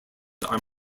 are